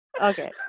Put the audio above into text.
okay